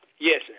Yes